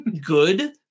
good